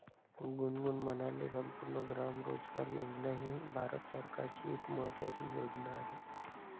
गुनगुन म्हणाले, संपूर्ण ग्राम रोजगार योजना ही भारत सरकारची एक महत्त्वाची योजना आहे